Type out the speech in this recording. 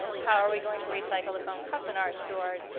how are we going to recycle the foam cup in our stores?